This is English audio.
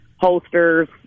holsters